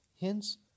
hence